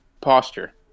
posture